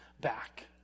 back